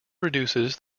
reduces